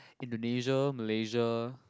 Indonesia Malaysia